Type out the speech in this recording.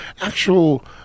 actual